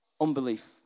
Unbelief